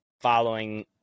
following